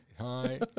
hi